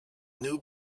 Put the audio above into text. new